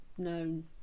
known